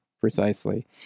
Precisely